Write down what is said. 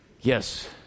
Yes